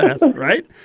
right